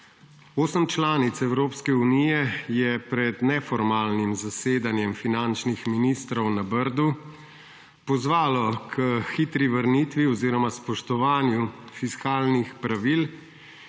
Osem članic Evropske unije je pred neformalnim zasedanjem finančnih ministrov na Brdu pozvalo k hitri vrnitvi oziroma spoštovanju fiskalnih pravil,